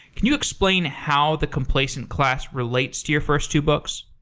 can you explain how the complacent class relates to your first two books?